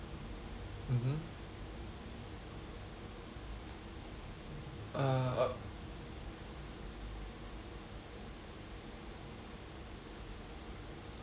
mmhmm uh